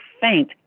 faint